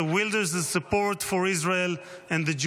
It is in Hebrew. Mr. Wilders’ support for Israel and the Jewish